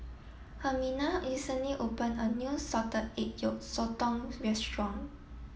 Herminia recently opened a new Salted Egg Yolk Sotong Restaurant